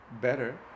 better